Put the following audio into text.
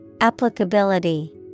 Applicability